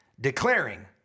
declaring